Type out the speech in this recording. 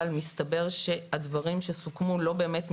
מסתבר שהדברים שסוכמו לא באמת מתרחשים,